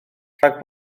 rhag